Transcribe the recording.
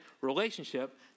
relationship